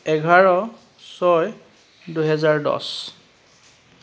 এঘাৰ ছয় দুহেজাৰ দছ